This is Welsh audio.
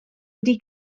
wedi